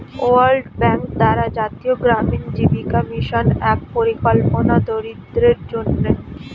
world bank দ্বারা জাতীয় গ্রামীণ জীবিকা মিশন এক পরিকল্পনা দরিদ্রদের জন্যে